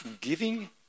giving